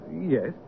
yes